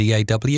DAW